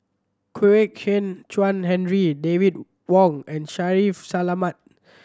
Kwek Hian Chuan Henry David Wong and Shaffiq Selamat